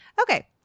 okay